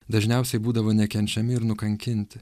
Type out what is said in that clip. dažniausiai būdavo nekenčiami ir nukankinti